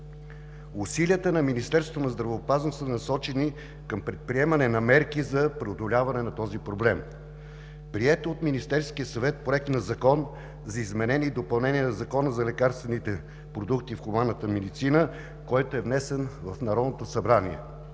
Усилията на Министерството на здравеопазването са насочени към предприемане на мерки за преодоляване на този проблем. Приет от Министерския съвет Проект на закон за изменение и допълнение на Закона за лекарствените продукти в хуманната медицина, който е внесен в Народното събрание.